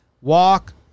walk